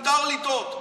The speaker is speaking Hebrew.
מותר לטעות,